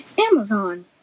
Amazon